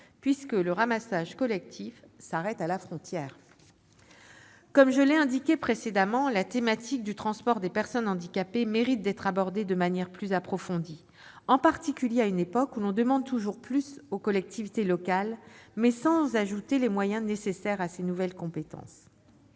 puisque le ramassage collectif s'arrête à la frontière. Comme je l'ai évoqué précédemment, la thématique du transport des personnes handicapées mérite d'être abordée de manière plus approfondie, en particulier à une époque où l'on demande toujours plus aux collectivités locales, mais sans ajouter les moyens nécessaires à ces nouvelles compétences.